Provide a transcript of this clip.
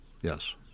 yes